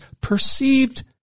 perceived